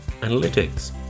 analytics